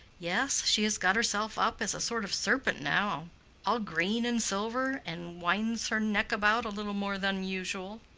yes, she has got herself up as a sort of serpent now all green and silver, and winds her neck about a little more than usual.